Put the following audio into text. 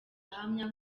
ahamya